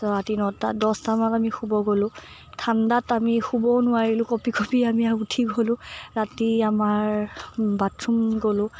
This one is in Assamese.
ত' ৰাতি নটা দহটামানত আমি শুব গ'লো ঠাণ্ডাত আমি শুবও নোৱাৰিলোঁ কঁপি কঁপি আমি উঠি গ'লো ৰাতি আমাৰ বাথৰুম গ'লো